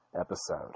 episode